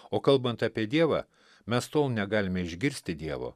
o kalbant apie dievą mes tol negalime išgirsti dievo